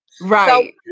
Right